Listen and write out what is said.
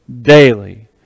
daily